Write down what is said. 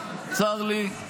צר לי,